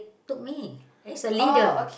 took me as a leader